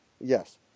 yes